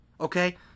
Okay